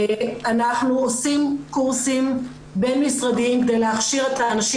אנחנו עושים קורסים בין משרדיים כדי להכשיר את האנשים